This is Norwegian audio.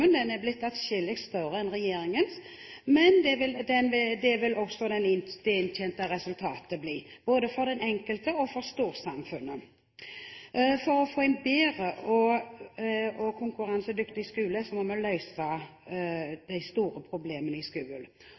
den enkelte og for storsamfunnet. For å få en bedre og konkurransedyktig skole må vi løse de store problemene i